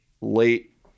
late